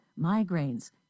migraines